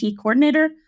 coordinator